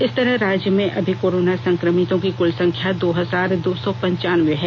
इस तरह राज्य में अभी कोरोना संक्रमितों की कुल संख्या दो हजार दो सौ पंचान्यबे है